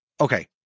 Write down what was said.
Okay